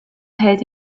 hält